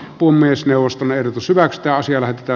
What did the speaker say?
puu myös neuvoston ehdotus hyväksytään syövät ja